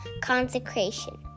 Consecration